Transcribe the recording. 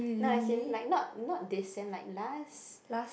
like as in like not not recent like last